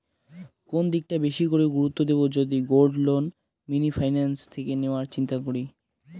কোন দিকটা বেশি করে গুরুত্ব দেব যদি গোল্ড লোন মিনি ফাইন্যান্স থেকে নেওয়ার চিন্তা করি?